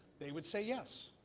they would say, yes.